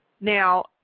now